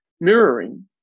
mirroring